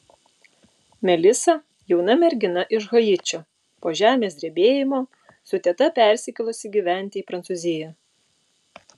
melisa jauna mergina iš haičio po žemės drebėjimo su teta persikėlusi gyventi į prancūziją